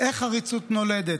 // איך עריצות נולדת?